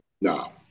No